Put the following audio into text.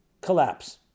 collapse